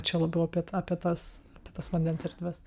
čia labiau apie tą apie tas apie tas vandens erdves